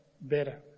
better